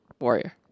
warrior